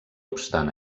obstant